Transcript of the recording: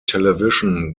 television